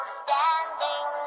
standing